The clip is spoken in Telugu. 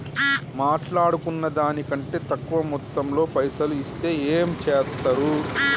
మాట్లాడుకున్న దాని కంటే తక్కువ మొత్తంలో పైసలు ఇస్తే ఏం చేత్తరు?